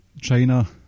China